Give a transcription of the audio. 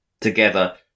Together